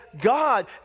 God